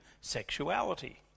sexuality